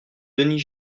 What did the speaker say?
denis